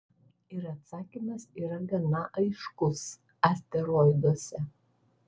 ir atsakymas yra gana aiškus asteroiduose